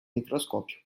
microscópio